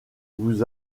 vous